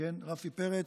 כן, רפי פרץ.